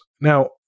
Now